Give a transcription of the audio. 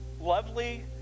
lovely